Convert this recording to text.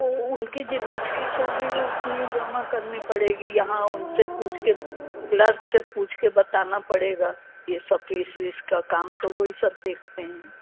तो उनकी जितनी फीस होगी वह उतनी जमा करनी पड़ेगी यहाँ उनसे पूछ कर क्लर्क से पूछ के बताना पड़ेगा ये सब फीस वीस का काम तो वही सब देखते हैं